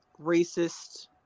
racist